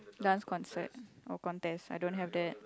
dance concert or contest I don't have that